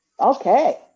Okay